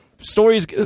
stories